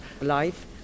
life